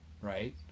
right